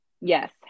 Yes